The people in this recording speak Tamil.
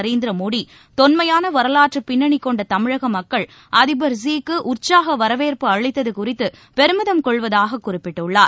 நரேந்திர மோடி தொன்மையான வரலாற்றுப் பின்னணி கொண்ட தமிழக மக்கள் அதிபர் ஸீ க்கு உற்சாக வரவேற்பு அளித்து குறித்து பெருமிதம் கொள்வதாக குறிப்பிட்டுள்ளார்